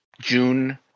June